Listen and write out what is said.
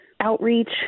outreach